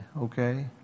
okay